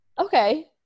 okay